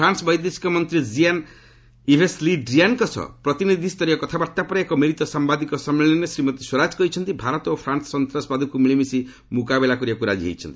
France ବୈଦେଶିକ ମନ୍ତ୍ରୀ Jean Yves Le ଡ୍ରିୟାନ୍ଙ୍କ ସହ ପ୍ରତିନିଧିଷ୍ଠରୀୟ କଥାବାର୍ତ୍ତା ପରେ ଏକ ମିଳିତ ସାମ୍ଘାଦିକ ସମ୍ମିଳନୀରେ ଶ୍ରୀମତୀ ସ୍ୱରାଜ କହିଛନ୍ତି ଭାରତ ଓ ଫ୍ରାନ୍ ସନ୍ତାସବାଦକୁ ମିଳିମିଶି ମୁକାବିଲା କରିବାକୁ ରାଜି ହୋଇଛନ୍ତି